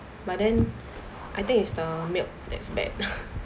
but then I think is the milk that is bad